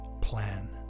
plan